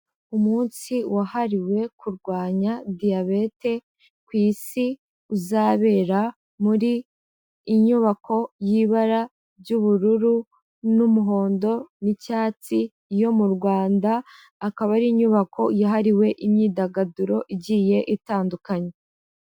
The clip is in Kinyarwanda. Umunsi wahariwe kurwanya Diyabete ku isi uzabera muri inyubako y'ibara ry'ubururu n'umuhondo n'icyatsi yo mu Rwanda, akaba ari inyubako yahariwe imyidagaduro igiye itandukanye.